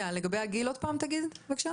תגיד עוד פעם לגבי הגיל.